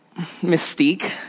mystique